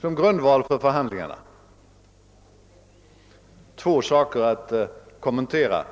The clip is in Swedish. som grundval för förhandlingarna. Jag har två saker att säga som kommentar.